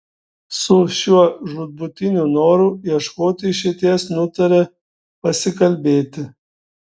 su šiuo žūtbūtiniu noru ieškoti išeities nutarė pasikalbėti